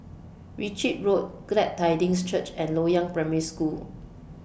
Ritchie Road Glad Tidings Church and Loyang Primary School